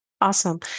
Awesome